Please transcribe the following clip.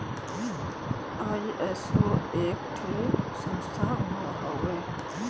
ISO एक ठे संस्था हउवे